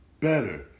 better